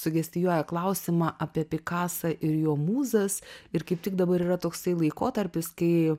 sugestijuoja klausimą apie pikasą ir jo mūzas ir kaip tik dabar yra toksai laikotarpis kai